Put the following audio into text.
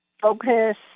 focus